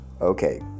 Okay